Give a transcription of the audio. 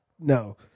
No